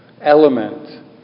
element